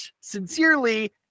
Sincerely